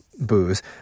booze